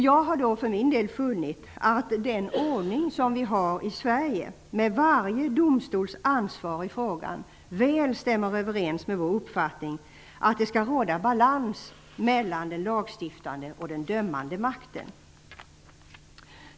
Jag har funnit att den ordning som vi har i Sverige med varje domstols ansvar i frågan väl stämmer överens med vår uppfattning att det skall råda balans mellan den lagstiftande och den dömande makten.